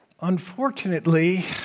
Unfortunately